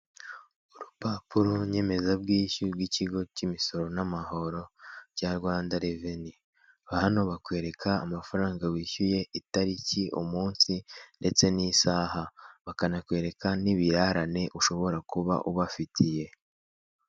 Urupapuro nyemezabwishyu rw'ikigo cy'imisoro n'amahoro, bya Rwanda Reveni. Hano bakwereka amafaranga wishyuye, itariki, umunsi, ndetse n'isaha. Bakanakwereka n'ibirarane ushobora kuba ubafitiye.